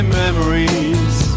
memories